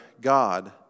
God